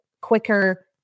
quicker